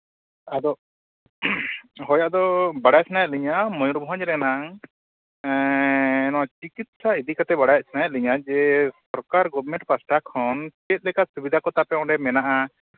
ᱟᱫᱚ ᱦᱳᱭ ᱟᱫᱚ ᱵᱟᱲᱟᱭ ᱥᱟᱱᱟᱭᱮᱫ ᱞᱤᱧᱟ ᱢᱚᱭᱩᱨᱵᱷᱚᱸᱡᱽ ᱨᱮᱱᱟᱝ ᱱᱚᱣᱟ ᱪᱤᱠᱤᱛᱥᱟ ᱤᱫᱤ ᱠᱟᱛᱮᱫ ᱵᱟᱲᱟᱭ ᱥᱟᱱᱟᱭᱮᱫ ᱞᱤᱧᱟ ᱡᱮ ᱥᱚᱨᱠᱟᱨ ᱜᱚᱵᱷᱢᱮᱱᱴ ᱯᱟᱦᱴᱟ ᱠᱷᱚᱱ ᱪᱮᱫ ᱞᱮᱠᱟ ᱥᱩᱵᱤᱫᱷᱟ ᱠᱚᱛᱮ ᱯᱮ ᱢᱮᱱᱟᱜᱼᱟ